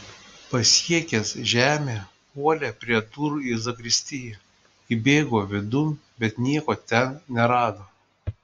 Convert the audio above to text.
pasiekęs žemę puolė prie durų į zakristiją įbėgo vidun bet nieko ten nerado